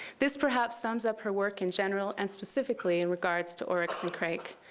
this perhaps sums up her work in general and specifically in regards to oryx and crake.